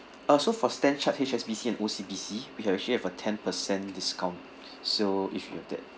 uh so for Standard Chartered H_S_B_C and O_C_B_C we actually have a ten percent discount so if you have that